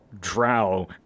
drow